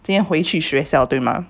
今天回去学校对吗